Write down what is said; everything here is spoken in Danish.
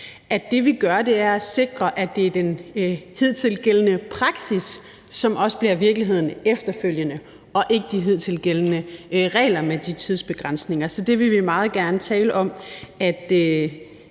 at det, vi gør, er at sikre, at det er den hidtil gældende praksis, som også bliver virkeligheden efterfølgende, og ikke de hidtil gældende regler med de tidsbegrænsninger. Så det vil vi meget gerne tale om, så